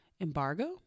embargo